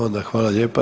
Onda hvala lijepa.